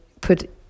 put